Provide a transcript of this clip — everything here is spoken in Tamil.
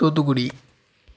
தூத்துக்குடி